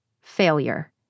Failure